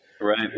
right